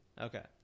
Okay